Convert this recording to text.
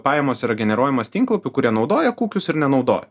pajamos yra generuojamos tinklapių kurie naudoja kukius ir nenaudoja